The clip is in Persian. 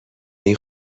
این